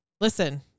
listen